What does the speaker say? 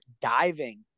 diving